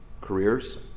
careers